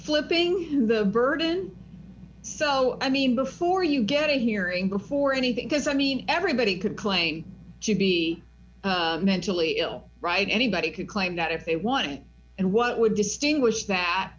flipping the burden so i mean before you get a hearing before anything because i mean everybody could claim to be mentally ill right anybody could claim that if they want to and what would distinguish that